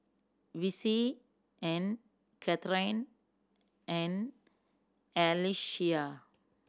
Vicy and Kathryn and Alyssia